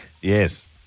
Yes